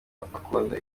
akunda